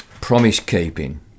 promise-keeping